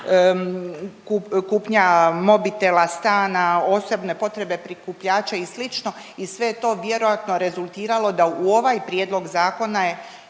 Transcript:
kupnja mobitela, stana, osobne potrebe prikupljača i sl. i sve je to vjerojatno rezultiralo da u ovaj Prijedlog zakona je